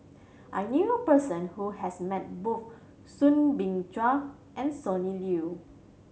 I knew a person who has met both Soo Bin Chua and Sonny Liew